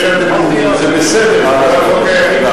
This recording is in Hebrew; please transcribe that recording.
זה שאתם המומים זה בסדר, אבל, מה,